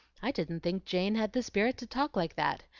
i didn't think jane had the spirit to talk like that.